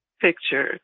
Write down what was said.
picture